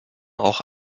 auch